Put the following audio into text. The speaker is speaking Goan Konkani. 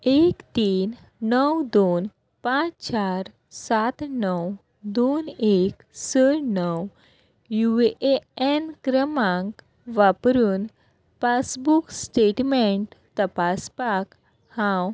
एक तीन णव दोन पांच चार सात णव दोन एक स णव यु ए एन क्रमांक वापरून पासबूक स्टेटमेंट तपासपाक हांव